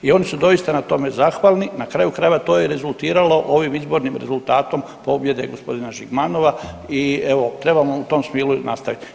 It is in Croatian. I oni su doista na tome zahvalni, na kraju krajeva to je rezultiralo ovim izbornim rezultatom pobjede gospodina Žigmanova i evo trebamo u tom stilu i nastaviti.